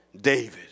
David